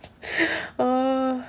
uh